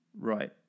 Right